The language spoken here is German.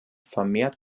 vermehrt